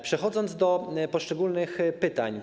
Przechodzę do poszczególnych pytań.